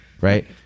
right